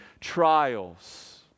trials